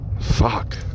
Fuck